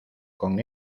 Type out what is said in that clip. con